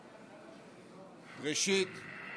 ראשית,